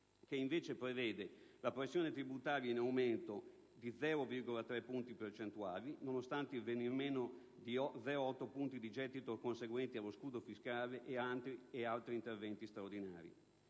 che, invece, prevede la pressione tributaria in aumento di 0,3 punti percentuali, nonostante il venir meno di 0,8 punti di gettito conseguenti allo scudo fiscale e ad altri interventi straordinari.